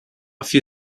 few